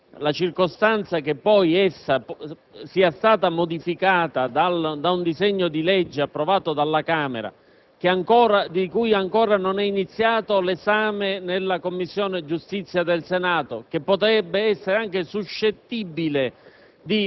La circostanza che poi essa sia stata modificata da un disegno di legge approvato dalla Camera dei deputati, di cui ancora non è iniziato l'esame nella Commissione giustizia del Senato e che potrebbe anche essere suscettibile